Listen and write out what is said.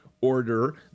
order